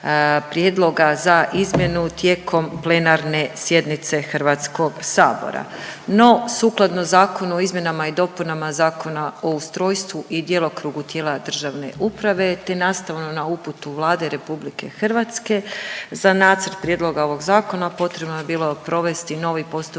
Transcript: prijedloga za izmjenu tijekom plenarne sjednice HS-a. No, sukladno zakonu o izmjenama i dopunama Zakona o ustrojstvu i djelokrugu tijela državne uprave te nastavno na uputu Vlade RH za nacrt prijedloga ovog Zakona potrebno je bilo provesti novi postupak